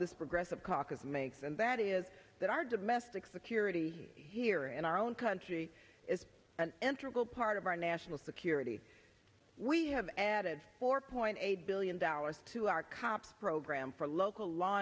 this progressive caucus makes and that is that our domestic security here in our own country is an enterable part of our national security we have added four point eight billion dollars to our cops program for local law